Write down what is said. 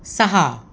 सहा